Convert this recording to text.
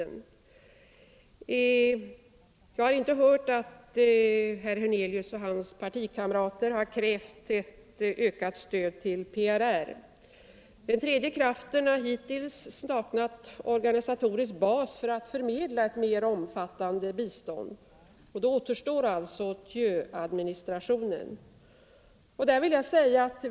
Jag har inte hört att herr Hernelius och hans partikamrater krävt = stödet till ett ökat stöd till PRR. Den tredje kraften har hittills saknat organisatorisk skogsindustriprojekt bas för att förmedla ett mera omfattande bistånd, och då återstår alltså — i Nordvietnam Thieuadministrationen.